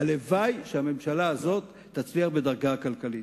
הלוואי שהממשלה הזאת תצליח בדרכה הכלכלית.